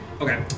Okay